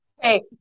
Hey